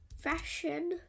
fashion